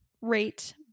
rate